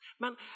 Man